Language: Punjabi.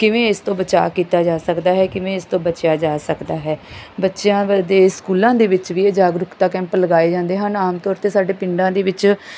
ਕਿਵੇਂ ਇਸ ਤੋਂ ਬਚਾਅ ਕੀਤਾ ਜਾ ਸਕਦਾ ਹੈ ਕਿਵੇਂ ਇਸ ਤੋਂ ਬਚਿਆ ਜਾ ਸਕਦਾ ਹੈ ਬੱਚਿਆਂ ਦੇ ਸਕੂਲਾਂ ਦੇ ਵਿੱਚ ਵੀ ਇਹ ਜਾਗਰੂਕਤਾ ਕੈਂਪ ਲਗਾਏ ਜਾਂਦੇ ਹਨ ਆਮ ਤੌਰ 'ਤੇ ਸਾਡੇ ਪਿੰਡਾਂ ਦੇ ਵਿੱਚ